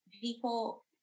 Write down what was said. people